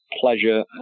Pleasure